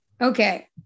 okay